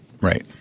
Right